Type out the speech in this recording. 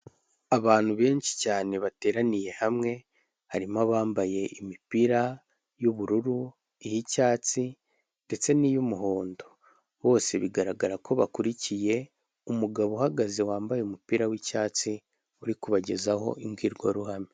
Abantu benshi cyane bateraniye hamwe harimo abambaye imipira y'ubururu, iy'icyatsi ndetse n'iy'umuhondo, bose bigaragara ko bakurikiye umugabo uhagaze wambaye umupira wicyatsi uri kubagezaho imbwirwaruhame.